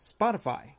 Spotify